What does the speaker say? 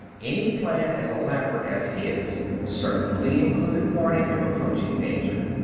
any plan as elaborate as his certainly included warning of approaching danger.